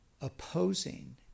opposing